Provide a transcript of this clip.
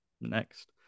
next